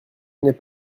n’est